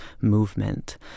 movement